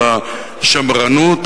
על השמרנות,